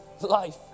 life